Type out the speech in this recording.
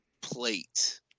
plate